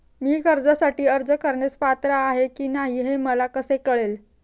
मी कर्जासाठी अर्ज करण्यास पात्र आहे की नाही हे मला कसे कळेल?